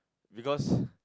because